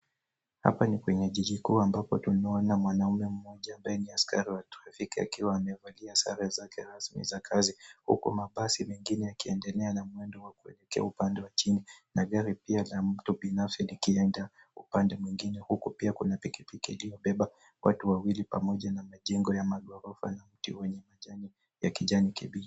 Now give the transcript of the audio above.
Hapa ni kwenye jiji kuu ambapo tumeona mwanaume mmoja ambaye ni askari wa trafiki akiwa amevalia sare zake rasmi za kazi huku mabasi mengine yakiendelea na mwendo wa kuelekea upande wa chini na gari pia la mtu binafsi likienda upande mwingine. Huku pia kuna pikipiki iliyobeba watu wawili pamoja na majengo ya maghorofa na mti wenye majani ya kijani kibichi.